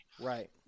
Right